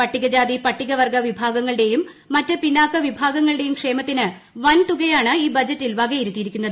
പട്ടികജാതി പട്ടികവർഗ്ഗ വിഭാഗങ്ങളുടേയും മറ്റ് പിന്നാക്ക വിഭാഗങ്ങളുടേയും ക്ഷേമത്തിന് വൻ തുകയാണ് ഈ ബ്ജറ്റിൽ വകയിരുത്തിയിരിക്കുന്നത്